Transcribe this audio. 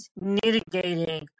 mitigating